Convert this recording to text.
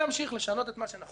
לשנות את מה שצריך.